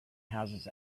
houses